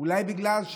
אולי בגלל,